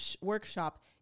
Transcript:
workshop